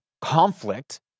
conflict